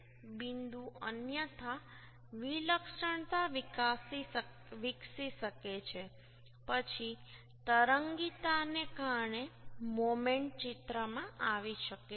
બિંદુ અન્યથા વિલક્ષણતા વિકસી શકે છે પછી તરંગીતાને કારણે મોમેન્ટ ચિત્રમાં આવી શકે છે